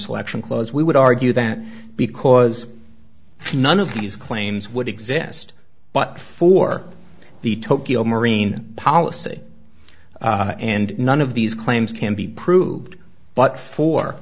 selection clothes we would argue that because none of these claims would exist but for the tokyo marine policy and none of these claims can be proved but for